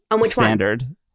standard